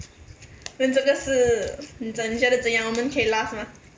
问这个是你怎样我们可以 last 吗